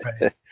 right